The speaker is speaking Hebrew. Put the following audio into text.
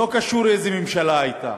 לא קשור איזו ממשלה הייתה.